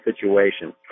situation